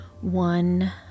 one